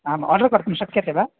आम् आर्डर् कर्तुं शक्यते वा